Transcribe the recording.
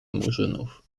murzynów